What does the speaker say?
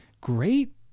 great